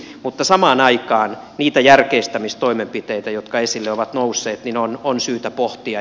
mutta samaan aikaan niitä järkeistämistoimenpiteitä jotka esille ovat nousseet on syytä pohtia